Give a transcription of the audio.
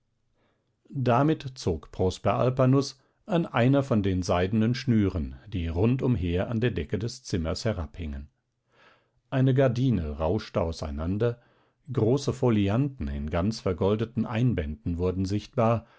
damit zog prosper alpanus an einer von den seidenen schnüren die rund umher an der decke des zimmers herabhingen eine gardine rauschte auseinander große folianten in ganz vergoldeten einbänden wurden sichtbar